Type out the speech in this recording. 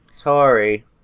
Tori